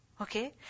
Okay